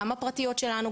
גם הפרטיות שלנו,